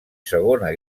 segona